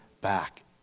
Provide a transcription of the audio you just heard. back